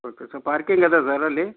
okay so parking ಅದ sir ಅಲ್ಲಿ